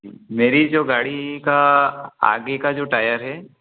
मेरी जो गाड़ी का आगे का जो टायर है